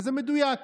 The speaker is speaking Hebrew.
וזה מדויק.